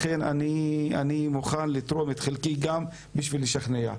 לכן אני מוכן לתרום את חלקי גם בשביל לשכנע.